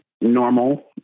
normal